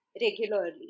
regularly